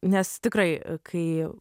nes tikrai kai